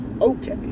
Okay